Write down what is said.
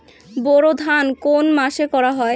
বোরো ধান কোন মাসে করা হয়?